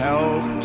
Help